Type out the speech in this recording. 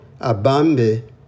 Abambe